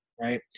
right